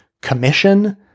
commission